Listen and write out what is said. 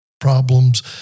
problems